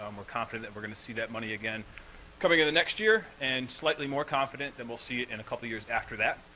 um we're confident that we're gonna see that money again coming into next year and slightly more confident that we'll see it in a couple years after that.